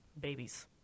babies